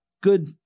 good